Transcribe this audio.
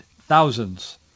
Thousands